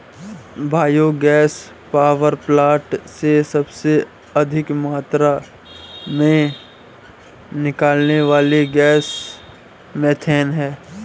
bio gas power plant में सबसे अधिक मात्रा में निकलने वाली गैस मिथेन है